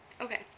Okay